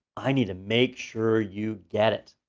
i need to make sure you get it,